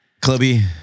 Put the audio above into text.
Clubby